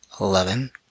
eleven